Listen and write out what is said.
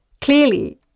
Clearly